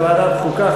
לוועדת החוקה,